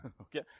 Okay